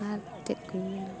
ᱟᱨ ᱪᱮᱫᱠᱚᱧ ᱢᱮᱱᱟ